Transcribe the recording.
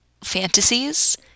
fantasies